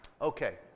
Okay